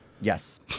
Yes